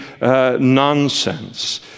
nonsense